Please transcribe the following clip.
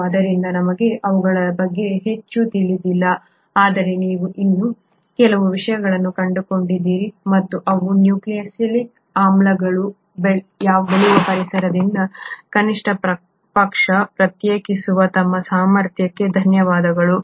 ಮತ್ತು ಆದ್ದರಿಂದ ನಮಗೆ ಅವುಗಳ ಬಗ್ಗೆ ಹೆಚ್ಚು ತಿಳಿದಿಲ್ಲ ಆದರೆ ನೀವು ಇನ್ನೂ ಕೆಲವು ವಿಷಯಗಳನ್ನು ಕಂಡುಕೊಂಡಿದ್ದೀರಿ ಮತ್ತು ಅವುಗಳ ನ್ಯೂಕ್ಲಿಯಿಕ್ ಆಮ್ಲಗಳನ್ನು ಅವು ಬೆಳೆಯುವ ಪರಿಸರದಿಂದ ಕನಿಷ್ಠ ಪಕ್ಷ ಪ್ರತ್ಯೇಕಿಸುವ ನಮ್ಮ ಸಾಮರ್ಥ್ಯಕ್ಕೆ ಧನ್ಯವಾದಗಳು